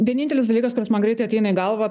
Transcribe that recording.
vienintelis dalykas kuris man greitai ateina į galvą